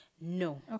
No